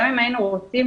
גם אם היינו רוצים,